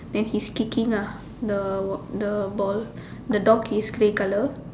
then he is kicking ah the ball the ball the dog is grey colour